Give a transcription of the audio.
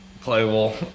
playable